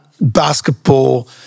basketball